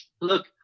Look